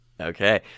Okay